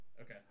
Okay